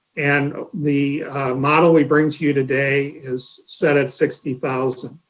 and the model we bring to you today is set at sixty thousand.